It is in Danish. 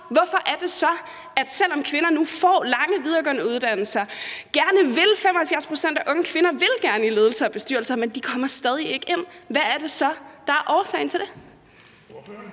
Hvorfor er det så, at selv om kvinder nu får lange videregående uddannelser og 75 pct. af unge kvinder gerne vil i ledelser og bestyrelser, så kommer de stadig væk ikke derind? Hvad er det så, der er årsagen til det?